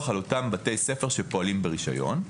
על אותם בתי ספר שפועלים ברישיון,